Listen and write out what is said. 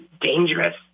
dangerous